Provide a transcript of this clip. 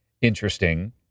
interesting